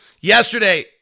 Yesterday